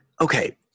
okay